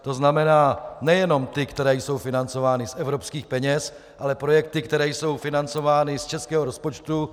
To znamená nejenom ty, které jsou financovány z evropských peněz, ale projekty, které jsou financovány z českého rozpočtu.